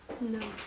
No